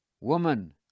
Woman